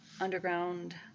underground